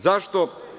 Zašto?